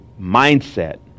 mindset